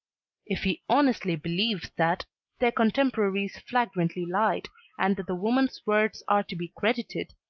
if he honestly believes that their contemporaries flagrantly lied and that the woman's words are to be credited,